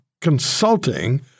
consulting